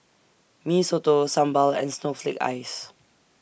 Mee Soto Sambal and Snowflake Ice